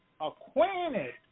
acquainted